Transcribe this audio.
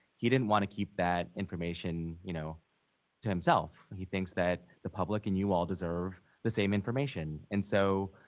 he didn't want to keep that information you know to himself. he thinks that the public and you all deserve the same information. and so